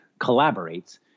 collaborates